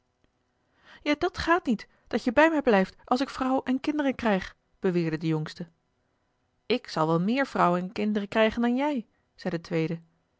ja dat gaat niet dat je bij mij blijft als ik vrouw en kinderen krijg beweerde de jongste ik zal wel meer vrouwen en kinderen krijgen dan jij zei de tweede